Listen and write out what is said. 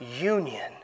union